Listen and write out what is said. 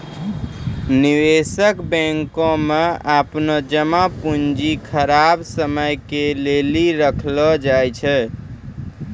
निवेशक बैंको मे अपनो जमा पूंजी खराब समय के लेली राखै छै